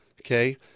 okay